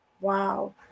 Wow